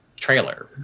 trailer